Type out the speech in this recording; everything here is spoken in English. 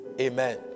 Amen